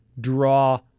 draw